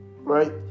right